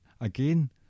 again